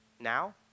Now